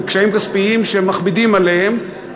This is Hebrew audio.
בקשיים כספיים שמכבידים עליהן,